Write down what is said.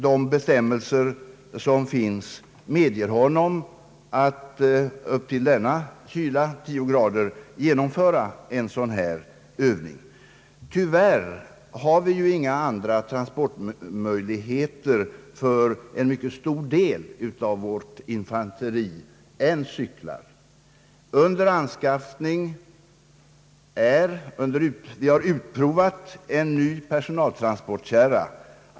De bestämmelser som finns medger honom att ned till en temperatur av — 10 grader genomföra en sådan här övning. Tyvärr har vi ju inga andra transportmedel för en mycket stor del av vårt infanteri än cyklar. Vi har utprovat en ny personaltransportkärra.